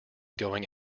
going